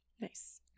Nice